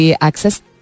access